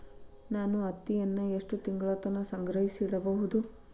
ನಾನು ಹತ್ತಿಯನ್ನ ಎಷ್ಟು ತಿಂಗಳತನ ಸಂಗ್ರಹಿಸಿಡಬಹುದು?